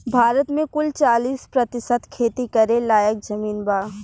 भारत मे कुल चालीस प्रतिशत खेती करे लायक जमीन बा